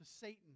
Satan